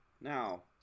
Now